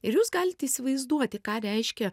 ir jūs galit įsivaizduoti ką reiškia